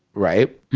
right?